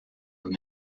and